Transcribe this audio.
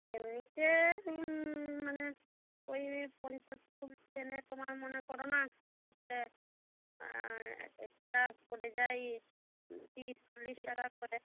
এমনিতে মানে ওই পঞ্চাশ ফুল চেনে তোমার মনে করো না হচ্ছে পড়ে যায় তিরিশ টাকা করে